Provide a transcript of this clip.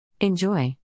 Enjoy